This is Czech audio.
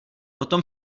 potom